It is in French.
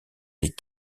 des